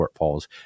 shortfalls